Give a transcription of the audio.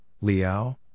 Liao